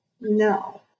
no